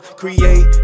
create